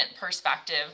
perspective